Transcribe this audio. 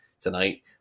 tonight